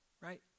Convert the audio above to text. Right